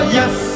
yes